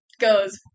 goes